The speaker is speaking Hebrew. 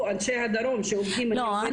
פה אנשי הדרום- -- לא,